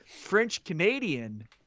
French-Canadian